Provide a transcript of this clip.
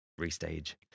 restage